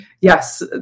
yes